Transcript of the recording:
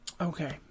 Okay